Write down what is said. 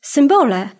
Symbole